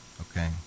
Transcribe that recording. Okay